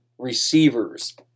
Receivers